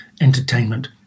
entertainment